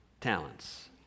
talents